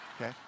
Okay